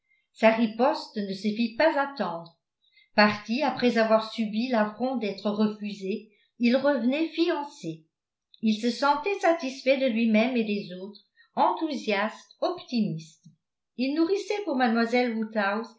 sa riposte ne se fit pas attendre parti après avoir subi l'affront d'être refusé il revenait fiancé il se sentait satisfait de lui-même et des autres enthousiaste optimiste il nourrissait pour